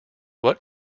what